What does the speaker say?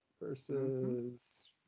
versus